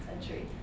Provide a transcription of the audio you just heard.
century